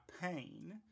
pain